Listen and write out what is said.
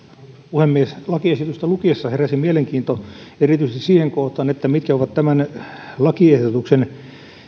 puhemies lakiesitystä lukiessa heräsi mielenkiinto erityisesti siihen kohtaan mitkä ovat tämän lakiehdotuksen